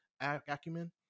acumen